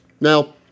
Now